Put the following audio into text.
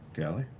cali?